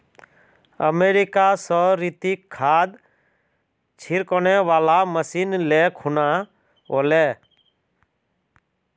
America स रितिक खाद छिड़कने वाला मशीन ले खूना व ले